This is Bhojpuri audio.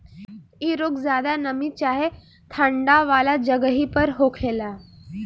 इ रोग ज्यादा नमी चाहे ठंडा वाला जगही पर होखेला